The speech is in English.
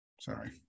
Sorry